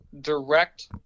direct